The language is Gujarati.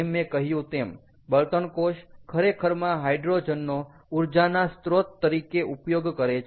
જેમ મે કહ્યું તેમ બળતણ કોષ ખરેખરમાં હાઇડ્રોજનનો ઊર્જાના સ્ત્રોત તરીકે ઉપયોગ કરે છે